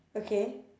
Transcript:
okay